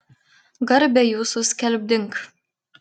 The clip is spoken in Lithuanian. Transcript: garbę jūsų skelbdink